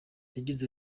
yagize